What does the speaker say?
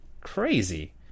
crazy